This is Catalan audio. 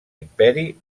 imperi